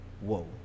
Whoa